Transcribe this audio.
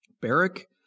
Barrick